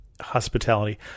Hospitality